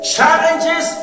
Challenges